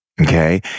okay